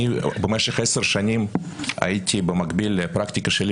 במשך עשר שנים הייתי במקביל לפרקטיקה שלי